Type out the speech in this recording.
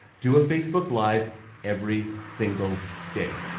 do a facebook live every single day.